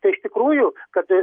tai iš tikrųjų kad